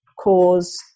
Cause